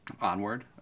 onward